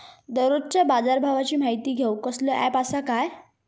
दररोजच्या बाजारभावाची माहिती घेऊक कसलो अँप आसा काय?